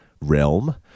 realm